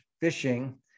fishing